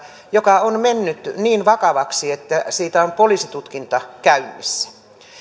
joka on mennyt niin vakavaksi että siitä on poliisitutkinta käynnissä